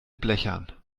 blechern